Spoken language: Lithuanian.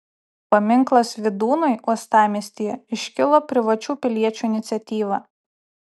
paminklas vydūnui uostamiestyje iškilo privačių piliečių iniciatyva